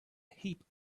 heap